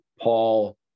Paul